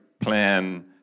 plan